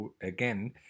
again